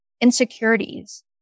Insecurities